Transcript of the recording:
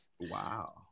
wow